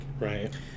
Right